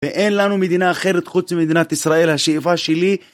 ואין לנו מדינה אחרת חוץ ממדינת ישראל השאיפה שלי